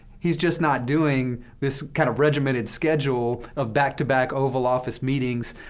he's just not doing this kind of regimented schedule of back-to-back oval office meetings.